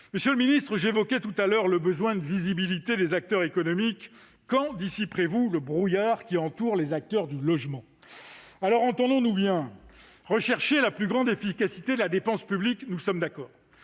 Monsieur le ministre, j'évoquais le besoin de visibilité des acteurs économiques. Quand dissiperez-vous le brouillard qui entoure également les acteurs du logement ? Entendons-nous bien. Rechercher la plus grande efficacité de la dépense publique : nous sommes d'accord.